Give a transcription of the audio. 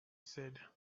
said